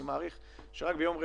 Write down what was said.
אני מעריך שרק ביום רביעי,